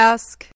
Ask